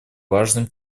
важным